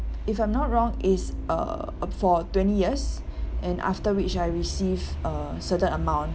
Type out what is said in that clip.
if I'm not wrong it's uh uh for twenty years and after which I receive a certain amount